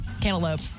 cantaloupe